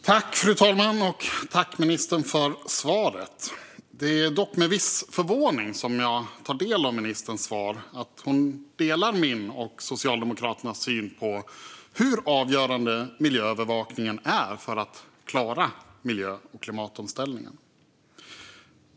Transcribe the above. Fru talman! Jag tackar ministern för svaret. Det är dock med viss förvåning jag tar del av ministerns svar att hon delar min och Socialdemokraternas syn på hur avgörande miljöövervakningen är för att klara miljö och klimatomställningen.